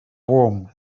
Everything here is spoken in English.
warm